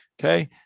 Okay